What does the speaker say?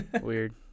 Weird